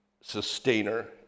sustainer